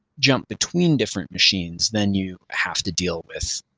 jump between different machines then you have to deal with,